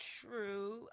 True